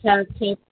چل ٹھیک